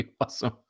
Awesome